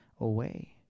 away